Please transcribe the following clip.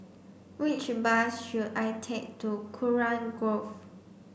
which bus should I take to Kurau Grove